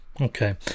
okay